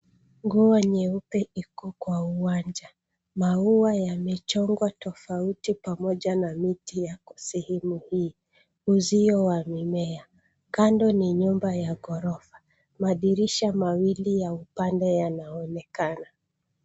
Nguo nyeupe iko kwa uwanja. Maua ya michongo tofauti pamoja na miti yako sehemu hii. Uzio wa mimea, kando ni nyumba ya ghorofa. Madirisha mawili ya upande yanaonekana.